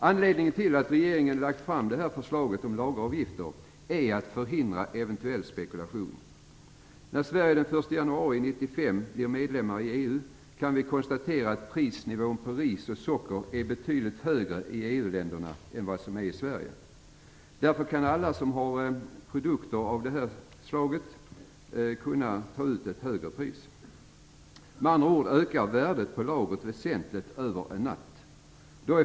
Anledningen till att regeringen har lagt fram förslaget om lageravgifter är att man vill förhindra en eventuell spekulation. När Sverige den 1 januari 1995 blir medlem i EU kan vi konstatera att prisnivån på ris och socker är betydligt högre i EU-länderna än i Sverige. Därför kan alla som har produkter av detta slag ta ut ett högre pris. Med andra ord ökar värdet på lagret väsentligt över en natt.